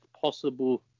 possible